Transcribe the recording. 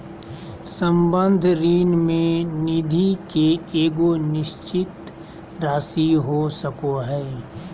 संबंध ऋण में निधि के एगो निश्चित राशि हो सको हइ